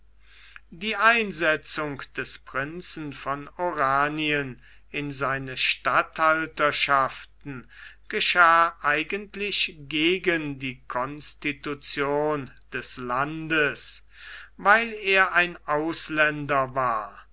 die einsetzung des prinzen von oranien in seine statthalterschaften geschah eigentlich gegen die constitution des landes weil er ein ausländer war